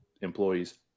employees